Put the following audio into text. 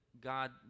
God